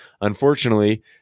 Unfortunately